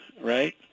right